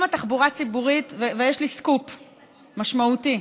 יש לי סקופ משמעותי,